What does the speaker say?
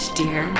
dear